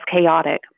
chaotic